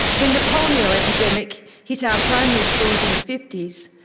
when the polio epidemic hit our primary schools in the fifty s,